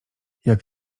jak